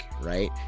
right